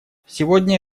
сегодня